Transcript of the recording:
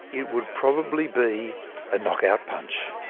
it would probably be a knock-out punch